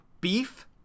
beef